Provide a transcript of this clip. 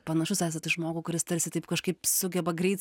panašus esat į žmogų kuris tarsi taip kažkaip sugeba greit